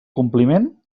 compliment